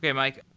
yeah mike.